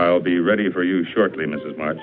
i'll be ready for you shortly mrs mar